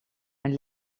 een